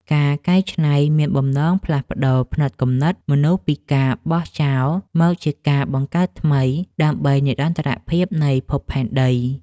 ការកែច្នៃមានបំណងផ្លាស់ប្តូរផ្នត់គំនិតមនុស្សពីការ បោះចោល មកជាការ បង្កើតថ្មី ដើម្បីនិរន្តរភាពនៃភពផែនដី។